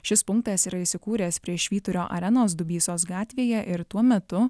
šis punktas yra įsikūręs prie švyturio arenos dubysos gatvėje ir tuo metu